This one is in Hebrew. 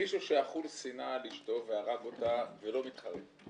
נניח מישהו שאכול שנאה לאישתו והרג אותה ולא מתחרט.